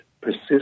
persist